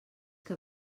que